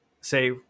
say